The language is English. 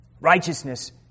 righteousness